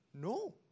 No